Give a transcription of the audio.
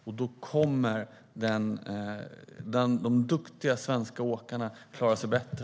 Och då kommer de duktiga svenska åkarna att klara sig bättre.